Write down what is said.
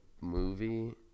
movie